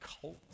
cult